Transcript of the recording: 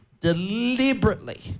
deliberately